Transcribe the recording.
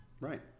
right